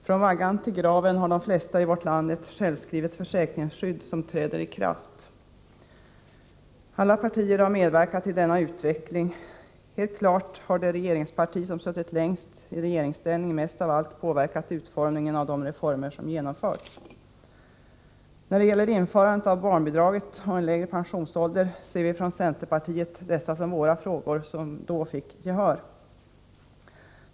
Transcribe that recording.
Från vaggan till graven har de flesta i vårt land ett självskrivet försäkringsskydd som träder i kraft. Alla partier har medverkat till denna utveckling. Helt klart har det regeringsparti som suttit längst i regeringsställning mest av allt påverkat utformningen av de reformer som genomförts. Införandet av barnbidraget och en lägre pensionsålder ser vi från centerpartiet som våra frågor, som vi då fick gehör för.